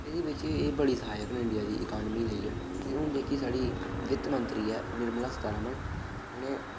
एह्दे बिच एह् बड़े सहायक न इंडिया दी इकानमी लेई ते हून जेह्की साढी बित्त मंत्री ऐ निर्मला सीता रमण